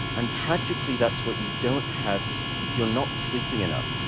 and tragically, that's what you don't have if you're not sleeping enough.